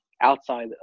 outside